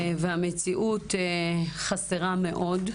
והמציאות חסרה מאוד,